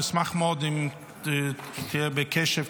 אני אשמח מאוד אם תהיה בקשב,